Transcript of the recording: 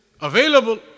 available